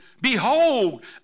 Behold